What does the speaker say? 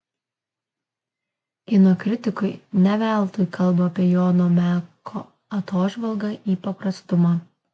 kino kritikai ne veltui kalba apie jono meko atožvalgą į paprastumą